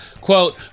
quote